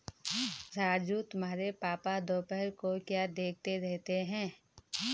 राजू तुम्हारे पापा दोपहर को क्या देखते रहते हैं?